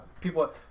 people